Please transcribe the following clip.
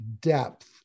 depth